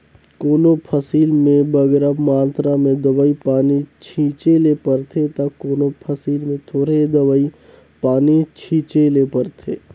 कोनो फसिल में बगरा मातरा में दवई पानी छींचे ले परथे ता कोनो फसिल में थोरहें दवई पानी छींचे ले परथे